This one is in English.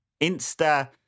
Insta